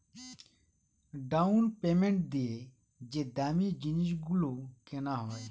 down payment দিয়ে যে দামী জিনিস গুলো কেনা হয়